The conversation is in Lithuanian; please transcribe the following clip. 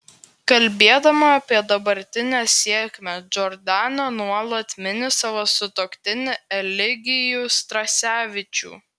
kalbėdama apie dabartinę sėkmę džordana nuolat mini savo sutuoktinį elegijų strasevičių